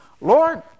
Lord